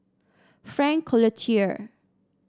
Frank Cloutier